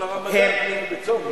לא לרמדאן, בצום.